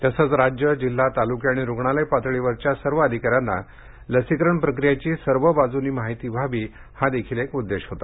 तसंच राज्य जिल्हा तालुके आणि रुग्णालय पातळीवरच्या सर्व अधिकाऱ्यांना लसीकरण प्रक्रियेची सर्व बाजूनी माहिती व्हावी हादेखील एक उद्देश होता